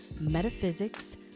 metaphysics